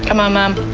ah my mom.